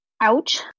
Ouch